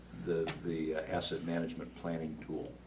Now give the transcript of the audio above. the the asset management planning tool